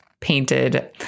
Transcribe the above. painted